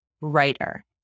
writer